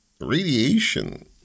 radiation